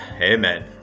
Amen